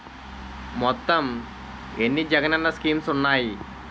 మొత్తం ఎన్ని జగనన్న స్కీమ్స్ ఉన్నాయి?